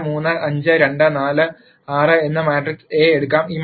1 3 5 2 4 6 എന്ന matrix A എടുക്കാം